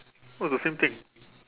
oh it's the same thing